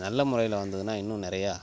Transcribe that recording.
நல்ல முறையில் வந்ததுன்னால் இன்னும் நிறையா